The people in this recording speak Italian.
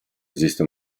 esiste